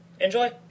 enjoy